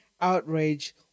outrage